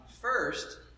First